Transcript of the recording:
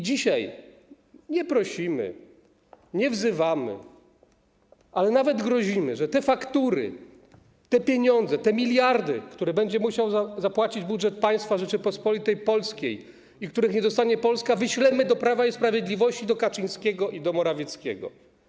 Dzisiaj nie prosimy, nie wzywamy, ale nawet grozimy: te faktury - chodzi o te pieniądze, te miliardy, które będziemy musieli zapłacić z budżetu państwa Rzeczypospolitej Polskiej i których nie dostanie Polska - wyślemy do Prawa i Sprawiedliwości, do Kaczyńskiego i do Morawieckiego.